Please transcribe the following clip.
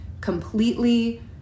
completely